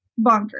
bonkers